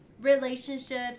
relationships